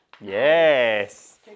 yes